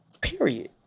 Period